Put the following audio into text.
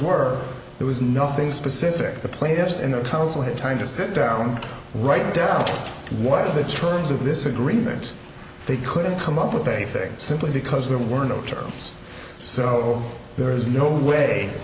were there was nothing specific the players in the council had time to sit down write down what the terms of this agreement they couldn't come up with anything simply because there were no terms so there is no way